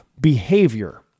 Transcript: behavior